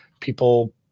People